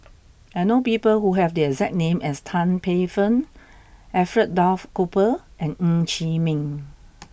I know people who have the exact name as Tan Paey Fern Alfred Duff Cooper and Ng Chee Meng